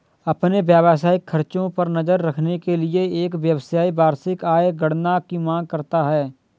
अपने व्यावसायिक खर्चों पर नज़र रखने के लिए, एक व्यवसायी वार्षिक आय गणना की मांग करता है